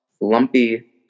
lumpy